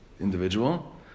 individual